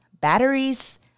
batteries